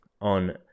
on